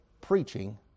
preaching